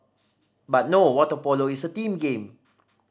but no water polo is a team game